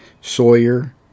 Sawyer